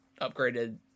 upgraded